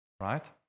Right